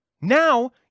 now